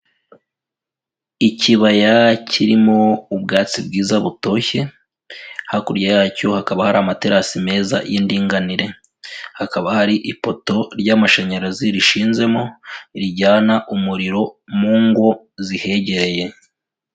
Ikibaya kirimo ubwatsi bwiza butoshye, hakurya yacyo hakaba hari amaterasi meza y'indinganire hakaba hari ipoto ry'amashanyarazi rishinzemo rijyana umuriro mu ngo zihegereye.